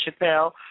Chappelle